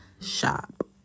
Shop